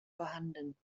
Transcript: vorhanden